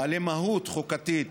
בעלי מהות חוקתית,